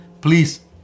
please